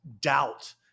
doubt